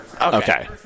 Okay